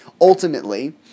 ultimately